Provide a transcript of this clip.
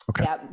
Okay